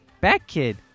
Bat-Kid